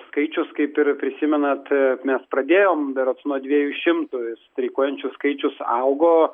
skaičius kaip ir prisimenat mes pradėjom berods nuo dviejų šimtų streikuojančių skaičius augo